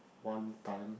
one time